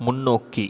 முன்னோக்கி